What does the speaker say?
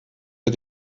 der